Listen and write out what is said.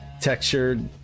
textured